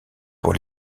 pour